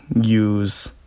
use